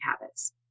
habits